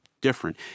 different